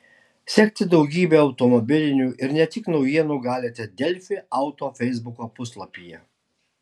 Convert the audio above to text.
sekti daugybę automobilinių ir ne tik naujienų galite delfi auto feisbuko puslapyje